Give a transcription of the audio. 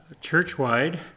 church-wide